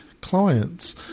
clients